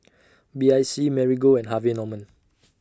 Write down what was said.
B I C Marigold and Harvey Norman